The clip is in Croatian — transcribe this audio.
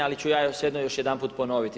Ali ću ja svejedno još jedanput ponoviti.